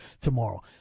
tomorrow